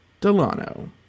Delano